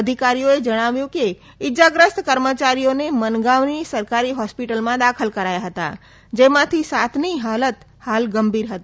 અધિકારીએ જણાવ્યું કે ઇજાગ્રસ્ત કર્મચારીઓને મનગાવની સરકારી હોસ્પિટલમાં દાખલ કરાયા હતા જેમાંથી સાતની હાલ ગંભીર હતી